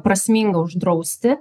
prasminga uždrausti